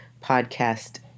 podcast